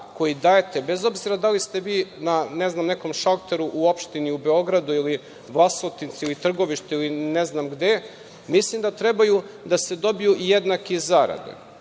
koji dajete, bez obzira da li ste vi na nekom šalteru u opštini u Beogradu ili Vlasotincu, ili Trgovištu ili ne znam gde, mislim da treba da se dobiju jednake